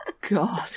god